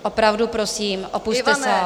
Opravdu prosím, opusťte sál.